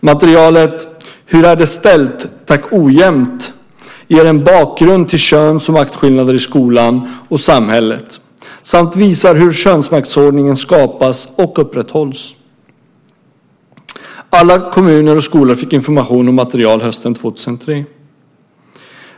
Materialet Hur är det ställt? Tack, ojämt! ger en bakgrund till köns och maktskillnader i skolan och samhället samt visar hur könsmaktsordningen skapas och upprätthålls. Alla kommuner och skolor fick information och material hösten 2003.